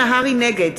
נגד